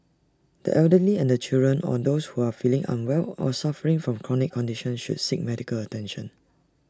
the elderly and children or those who are feeling unwell or suffering from chronic conditions should seek medical attention